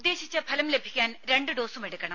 ഉദ്ദേശിച്ച ഫലം ലഭിക്കാൻ രണ്ടു ഡോസെടുക്കണം